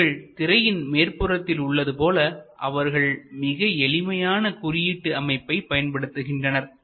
நீங்கள் திரையில் மேல்புறத்தில் உள்ளது போல அவர்கள் மிக எளிமையான குறியீட்டு அமைப்பை பயன்படுத்துகின்றனர்